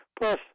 Plus